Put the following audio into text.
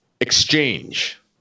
exchange